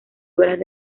obras